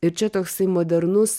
ir čia toksai modernus